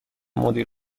مدیر